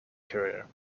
career